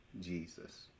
Jesus